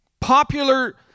popular